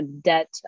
debt